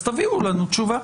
אז תביאו לנו תשובה.